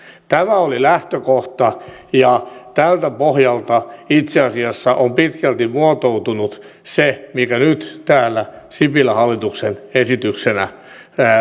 tämä oli lähtökohta ja tältä pohjalta itse asiassa on pitkälti muotoutunut se mikä nyt täällä sipilän hallituksen esityksenä